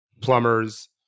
plumbers